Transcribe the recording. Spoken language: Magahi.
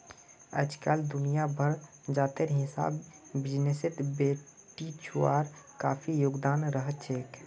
अइजकाल दुनिया भरत जातेर हिसाब बिजनेसत बेटिछुआर काफी योगदान रहछेक